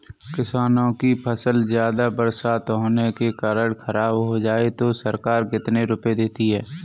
किसानों की फसल ज्यादा बरसात होने के कारण खराब हो जाए तो सरकार कितने रुपये देती है?